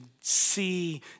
see